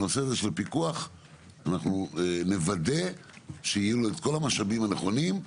הנושא הזה של פיקוח אנחנו נוודא שיהיו לו את כל המשאבים הנכונים.